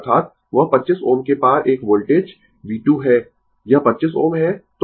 अर्थात वह 25 Ω के पार एक वोल्टेज V2 है यह 25 Ω है